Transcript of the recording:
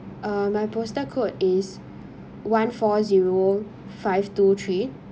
uh my postal code is one four zero five two three